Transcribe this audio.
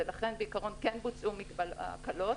ולכן בעיקרון כן בוצעו הקלות.